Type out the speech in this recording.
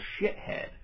shithead